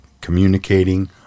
communicating